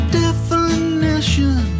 definition